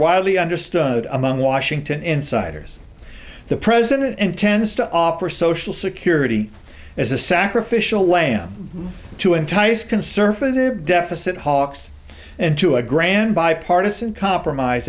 widely understood among washington insiders the president intends to offer social security as a sacrificial lamb to entice conservative deficit hawks and to a grand bipartisan compromise